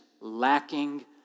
lacking